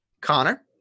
Connor